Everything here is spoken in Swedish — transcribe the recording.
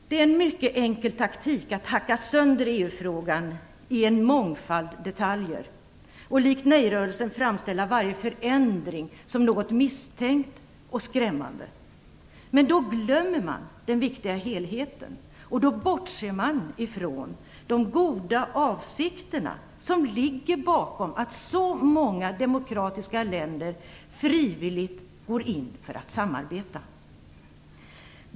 Det är en mycket enkel taktik att hacka sönder EU-frågan i en mångfald detaljer och likt nej-rörelsen framställa varje förändring som något misstänkt och skrämmande. Men då glömmer man den viktiga helheten och man bortser ifrån de goda avsikter som ligger bakom att så många demokratiska länder frivilligt går in för att samarbeta.